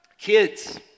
Kids